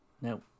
No